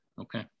okay